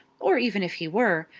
or even if he were,